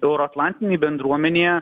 euroatlantinėj bendruomenėje